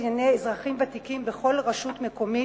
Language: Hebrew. לענייני אזרחים ותיקים בכל רשות מקומית.